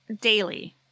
daily